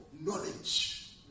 knowledge